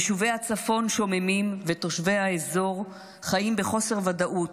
יישובי הצפון שוממים ותושבי האזור חיים בחוסר ודאות,